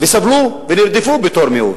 וסבלו, ונרדפו בתור מיעוט.